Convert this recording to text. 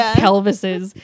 pelvises